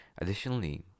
Additionally